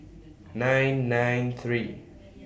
nine nine three